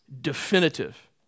definitive